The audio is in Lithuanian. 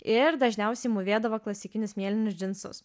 ir dažniausiai mūvėdavo klasikinius mėlynus džinsus